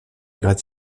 gratte